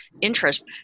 interest